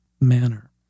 manner